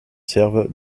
servent